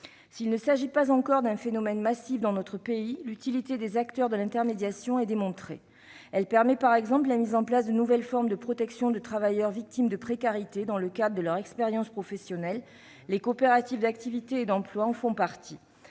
S'il ne s'agit pas encore d'un phénomène massif dans notre pays, l'utilité des acteurs de l'intermédiation est démontrée. Celle-ci permet, par exemple, la mise en place de nouvelles formes de protection de travailleurs victimes de précarité dans le cadre de leur expérience professionnelle ; les coopératives d'activité et d'emploi (CAE) en font partie.